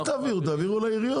אל תעבירו, תעבירו לעיריות.